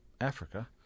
Africa